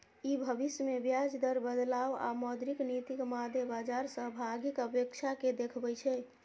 ई भविष्य मे ब्याज दर बदलाव आ मौद्रिक नीतिक मादे बाजार सहभागीक अपेक्षा कें देखबै छै